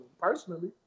personally